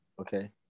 Okay